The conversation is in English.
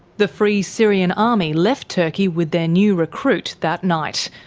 the free syrian army left turkey with their new recruit that night,